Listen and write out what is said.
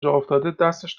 جاافتاده، دستش